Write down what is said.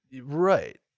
right